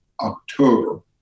October